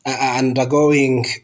undergoing